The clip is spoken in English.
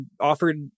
offered